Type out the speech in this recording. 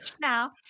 now